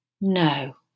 No